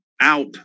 out